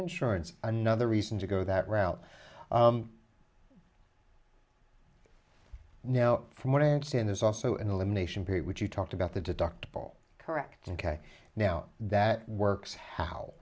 insurance another reason to go that route now from what i understand there's also an elimination period which you talked about the deductible correct ok now that works how